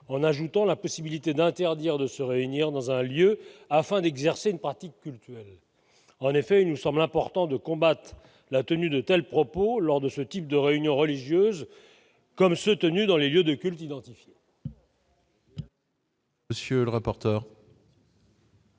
en ajoutant la possibilité d'interdire de se réunir dans un lieu afin d'exercer une pratique culturelle en effet nous sommes important de combattre la tenu de tels propos lors de ce type de réunion religieuse comme ceux tenus dans les lieux de culte identifiés.